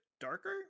darker